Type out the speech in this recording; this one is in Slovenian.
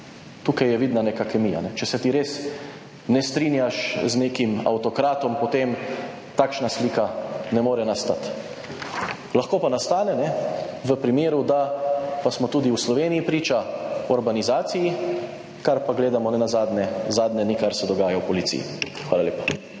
tukaj je vidna neka kemija. Če se ti res ne strinjaš z nekim avtokratom, potem takšna slika ne more nastati. Lahko pa nastane v primeru, da pa smo tudi v Sloveniji priča Orbanizaciji, kar pa gledamo nenazadnje zadnje dni, kar se dogaja v policiji. Hvala lepa.